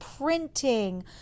printing